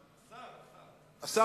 השר ארדן.